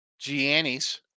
Giannis